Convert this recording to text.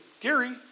Gary